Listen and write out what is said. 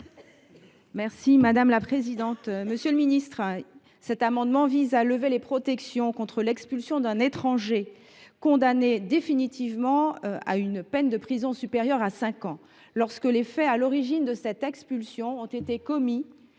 est à Mme Marie Do Aeschlimann. Cet amendement vise à lever les protections contre l’expulsion d’un étranger condamné définitivement à une peine de prison supérieure à cinq ans lorsque les faits à l’origine de cette expulsion ont été commis